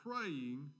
praying